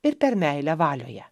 ir per meilę valioje